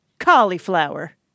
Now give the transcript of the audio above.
cauliflower